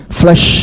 flesh